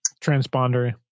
transponder